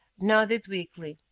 nodded weakly.